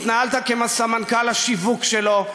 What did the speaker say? התנהלת כמו סמנכ"ל השיווק שלו,